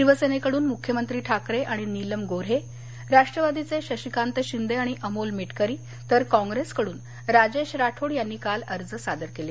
शिवसेनेकडून मुख्यमंत्री ठाकरे आणि नीलम गोऱ्हे राष्ट्रवादीचे शशिकांत शिंदे आणि अमोल मिटकरी तर काँग्रेसकडून राजेश राठोड यांनी काल अर्ज सादर केले